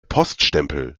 poststempel